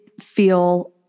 feel